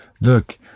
Look